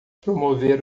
promover